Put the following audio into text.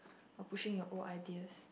or pushing your old ideas